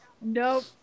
Nope